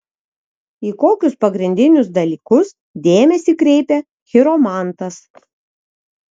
į kokius pagrindinius dalykus dėmesį kreipia chiromantas